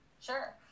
Sure